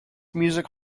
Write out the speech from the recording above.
music